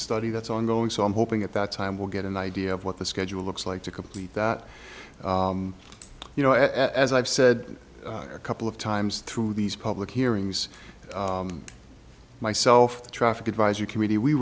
study that's ongoing so i'm hoping at that time we'll get an idea of what the schedule looks like to complete that you know as i've said a couple of times through these public hearings myself the traffic advisory committee we